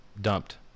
dumped